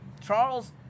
Charles